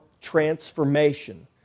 transformation